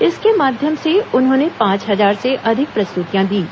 इसके माध्यम से उन्होंने पांच हजार से अधिक प्रस्तुतियां दीं